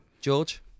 George